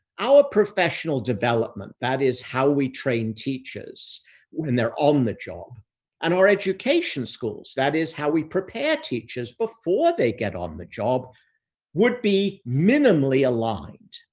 our professional development, that is how we train teachers when they're on the job and our education schools, that is how we prepare teachers before they get on the job would be minimally aligned.